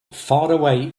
faraway